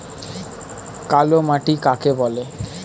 কালো মাটি কাকে বলে?